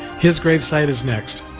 his gravesite is next